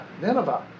Nineveh